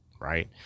Right